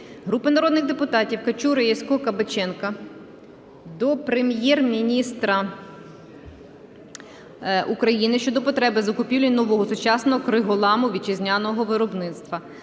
Групи народних депутатів (Качури, Ясько, Кабаченка) до Прем'єр-міністра України щодо потреби закупівлі нового сучасного криголаму вітчизняного виробництва.